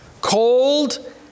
cold